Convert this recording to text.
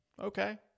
Okay